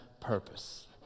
purpose